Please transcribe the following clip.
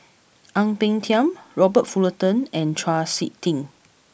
Ang Peng Tiam Robert Fullerton and Chau Sik Ting